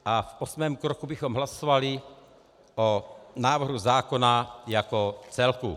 V osmém kroku bychom hlasovali o návrhu zákona jako celku.